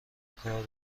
کار